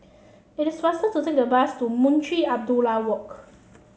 it is faster to take the bus to Munshi Abdullah Walk